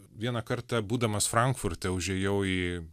vieną kartą būdamas frankfurte užėjau į